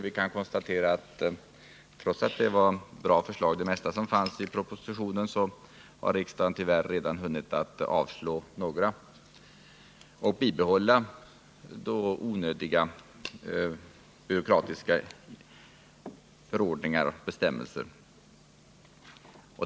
Vi kan konstatera att riksdagen redan, trots att de flesta förslagen i propositionen var bra, har hunnit avslå några av förslagen, vilket innebär att man bibehåller onödiga byråkratiska förordningar och bestämmelser.